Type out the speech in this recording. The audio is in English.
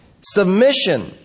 Submission